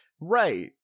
Right